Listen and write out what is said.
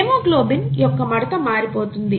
haemoglobin యొక్క మడత మారిపోతుంది